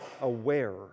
aware